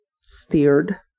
steered